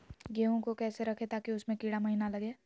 गेंहू को कैसे रखे ताकि उसमे कीड़ा महिना लगे?